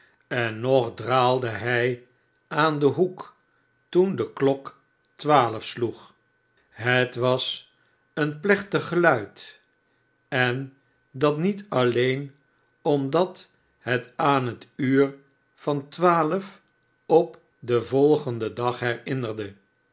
en nog draalde hij aan den hoek toen de klok twaaif sloeg het was een plechtig geluid en dat niet alleen omdat het aan het uur van twaaif op den volgenden dag herinnerde